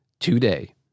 Today